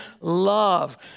love